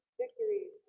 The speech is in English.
victories